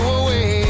away